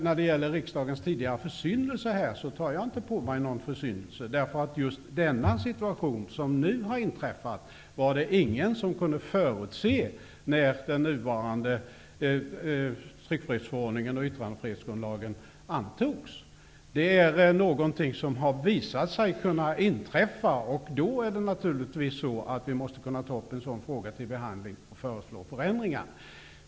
När det gäller riksdagens tidigare försyndelser, tar jag inte på mig någon skuld, därför att denna situationen som nu har uppstått var det ingen som kunde förutse när den nuvarande sekretessförordningen och yttrandefrihetsgrundlagen antogs. Detta är någonting som har visat sig kunna inträffa, och då måste vi naturligtvis kunna ta upp en sådan fråga till förhandling och föreslå förändringar.